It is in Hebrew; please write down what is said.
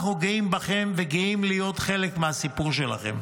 אנחנו גאים בכם וגאים להיות חלק מהסיפור שלכם.